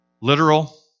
literal